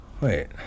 wait